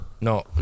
No